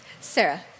Sarah